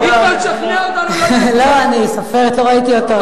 היא כבר תשכנע אותנו לא להצביע ליכוד.